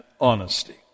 honesty